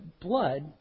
blood